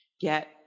get